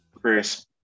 chris